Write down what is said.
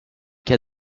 cas